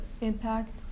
impact